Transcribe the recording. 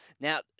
now